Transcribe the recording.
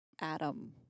Adam